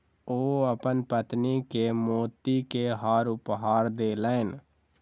ओ अपन पत्नी के मोती के हार उपहार देलैन